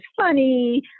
funny